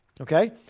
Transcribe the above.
Okay